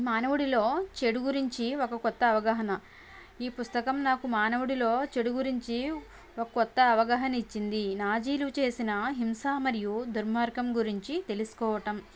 మానవుడిలో చెడు గురించి ఒక కొత్త అవగాహన ఈ పుస్తకం నాకు మానవుడిలో చెడు గురించి ఒక కొత్త అవగాహన ఇచ్చింది నాజీలు చేసిన హింస మరియు దుర్మార్గం గురించి తెలుసుకోవటం